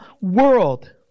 world